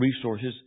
resources